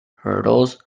hurdles